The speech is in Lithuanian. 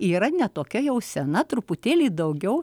yra ne tokia jau sena truputėlį daugiau